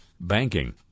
Banking